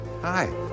hi